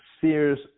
Sears